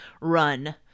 run